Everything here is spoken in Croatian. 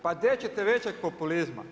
Pa gdje ćete većeg populizma.